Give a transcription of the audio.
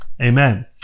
amen